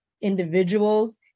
individuals